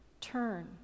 Turn